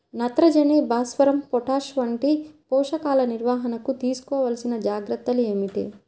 నత్రజని, భాస్వరం, పొటాష్ వంటి పోషకాల నిర్వహణకు తీసుకోవలసిన జాగ్రత్తలు ఏమిటీ?